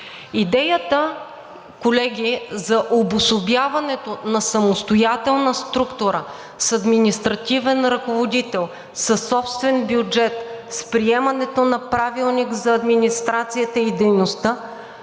Идеята, колеги, за обособяването на самостоятелна структура с административен ръководител, със собствен бюджет, с приемането на Правилник за администрацията и дейността